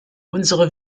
unsere